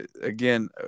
again